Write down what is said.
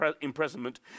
imprisonment